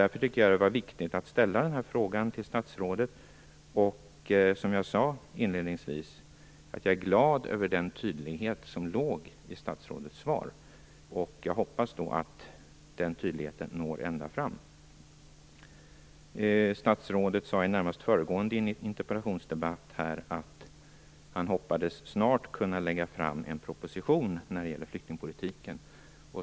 Därför tycker jag att det var viktigt att ställa denna fråga till statsrådet, och som jag inledningsvis sade är jag glad över den tydlighet som fanns i statsrådets svar. Jag hoppas att den tydligheten når ända fram. Statsrådet sade i närmast föregående interpellationsdebatt att han hoppades snart kunna lägga fram en proposition gällande flyktingpolitiken.